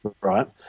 right